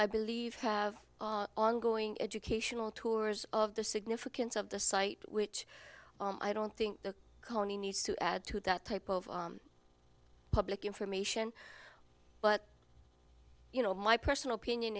i believe have going educational tours of the significance of the site which i don't think the county needs to add to that type of public information but you know my personal opinion